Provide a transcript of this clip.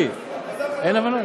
אין הבנות?